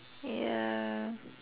ya